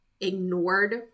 ignored